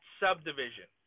subdivision